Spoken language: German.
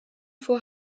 vor